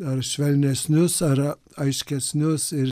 ar švelnesnius ar aiškesnius ir